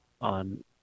on